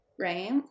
Right